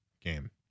game